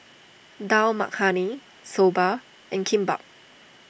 Dal Makhani Soba and Kimbap